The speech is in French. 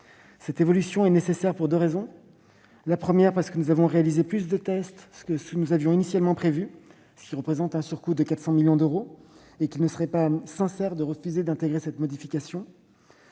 Cette évolution est nécessaire pour deux raisons : premièrement, parce que nous avons réalisé plus de tests que ce que nous avions initialement prévu, ce qui représente un surcoût de 400 millions d'euros, modification qu'il ne serait pas sincère de refuser d'intégrer ; deuxièmement,